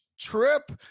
trip